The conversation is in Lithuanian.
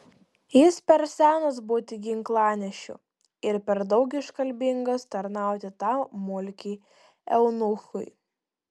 jis per senas būti ginklanešiu ir per daug iškalbingas tarnauti tam mulkiui eunuchui